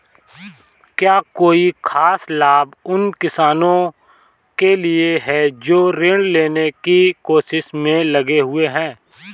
क्या कोई खास लाभ उन किसानों के लिए हैं जो ऋृण लेने की कोशिश में लगे हुए हैं?